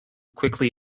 quickly